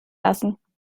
lassen